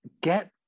get